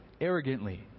arrogantly